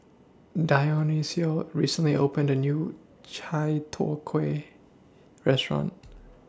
Dionicio recently opened A New Chai Tow Kway Restaurant